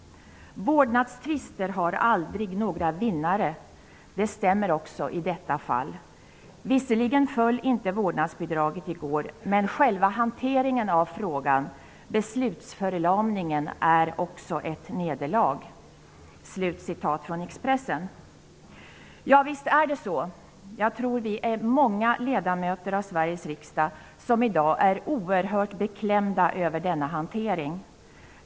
- Vårdnadstvister har aldrig några vinnare, det stämmer också i detta fall. Visserligen föll inte vårdnadsbidraget i går, men själva hanteringen av frågan, beslutsförlamningen, är också ett nederlag.'' Ja, visst är det så. Jag tror att vi är många ledamöter av Sveriges riksdag som i dag är oerhört beklämda över denna hantering.